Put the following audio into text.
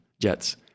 Jets